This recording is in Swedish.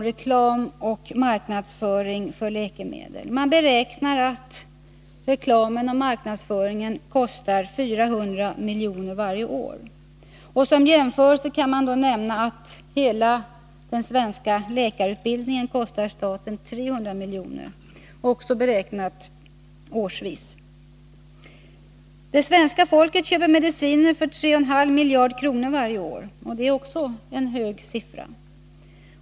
Reklam och marknadsföring när det gäller läkemedel kostar 400 miljoner varje år. Som jämförelse kan nämnas att hela den svenska läkarutbildningen kostar staten 300 miljoner varje år. Det svenska folket köper mediciner för 3,5 miljarder kronor varje år. Det är också en hög siffra.